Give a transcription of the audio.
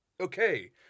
Okay